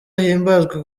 ahimbazwe